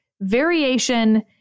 variation